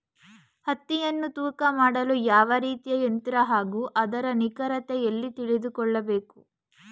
ಹತ್ತಿಯನ್ನು ತೂಕ ಮಾಡಲು ಯಾವ ರೀತಿಯ ಯಂತ್ರ ಹಾಗೂ ಅದರ ನಿಖರತೆ ಎಲ್ಲಿ ತಿಳಿದುಕೊಳ್ಳಬೇಕು?